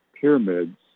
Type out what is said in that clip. pyramids